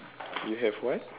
you have what